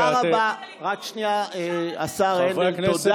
אמירה גורפת של השר הנדל על כל,